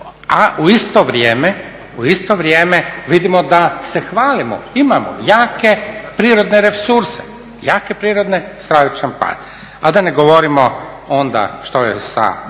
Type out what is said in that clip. a u isto vrijeme vidimo da se hvalimo, imamo jake prirodne resurse, jake prirodne, stravičan pad. A da ne govorimo onda što je sa